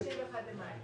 עד ה-31 במאי.